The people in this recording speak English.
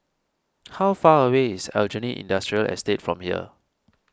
how far away is Aljunied Industrial Estate from here